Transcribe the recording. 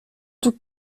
tout